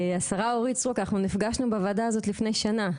השרה אורית סטרוק אנחנו נפגשנו בוועדה הזאת לפני שנה,